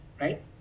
right